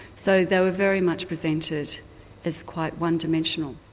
so they were very much presented as quite one-dimensional.